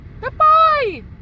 Goodbye